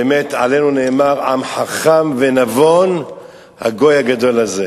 באמת, עלינו נאמר: עם חכם ונבון הגוי הגדול הזה.